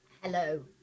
Hello